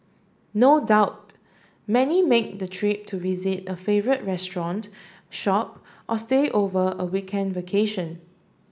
no doubt many make the trip to visit a favourite restaurant shop or stay over a weekend vacation